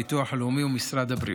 הביטוח הלאומי ומשרד הבריאות.